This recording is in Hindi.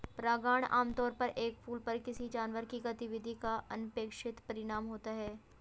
परागण आमतौर पर एक फूल पर किसी जानवर की गतिविधि का अनपेक्षित परिणाम होता है